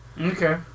Okay